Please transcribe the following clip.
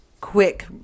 quick